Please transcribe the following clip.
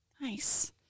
Nice